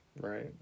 Right